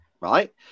Right